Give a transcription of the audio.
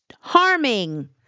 Harming